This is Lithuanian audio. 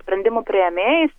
sprendimų priėmėjais